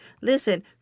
listen